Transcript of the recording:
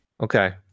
Okay